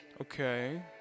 Okay